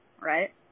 right